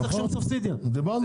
לא צריך שום סובסידיה --- זה בדיוק